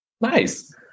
Nice